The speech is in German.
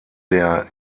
der